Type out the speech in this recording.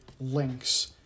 links